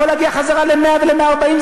הוא יכול להגיע חזרה ל-100 ול-140.